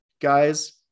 guys